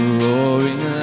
roaring